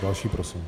Další prosím.